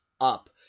up